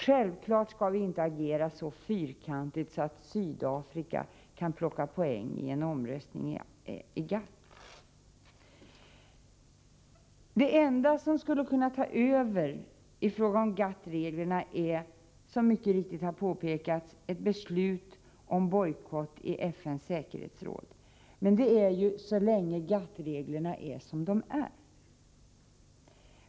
Självfallet skall vi inte agera så fyrkantigt att Sydafrika kan plocka poäng i en omröstning i GATT. Det enda som skulle kunna ta över i fråga om GATT-reglerna är — som mycket riktigt har påpekats — ett beslut om bojkott i FN:s säkerhetsråd. Men det är ju så länge GATT reglerna är som de är.